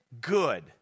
good